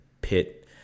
pit